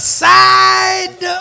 side